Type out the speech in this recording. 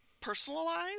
personalized